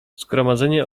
zgromadzenie